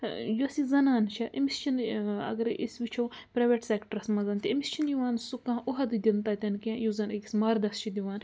یۄس یہِ زَنان چھِ أمِس چھِنہٕ اگرَے أسۍ وٕچھو پرٛایویٹ سٮ۪کٹرس منٛز تہِ أمِس چھِنہٕ یِوان سُہ کانٛہہ اوٚحدٕ دِنہٕ تَتٮ۪ن کیٚنٛہہ یُس زن أکِس مردس چھِ دِوان